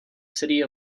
city